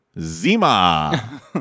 Zima